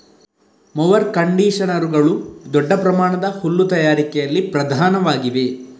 mower ಕಂಡಿಷನರುಗಳು ದೊಡ್ಡ ಪ್ರಮಾಣದ ಹುಲ್ಲು ತಯಾರಿಕೆಯಲ್ಲಿ ಪ್ರಧಾನವಾಗಿವೆ